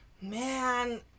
man